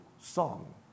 song